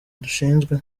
dushinzwe